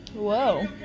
Whoa